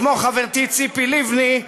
כמו חברתי ציפי לבני,